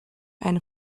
eine